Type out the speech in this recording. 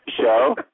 Show